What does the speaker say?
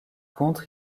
contre